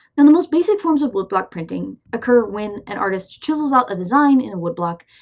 and the most basic forms of wood block printing occur when an artist chisels out a design in a woodblock,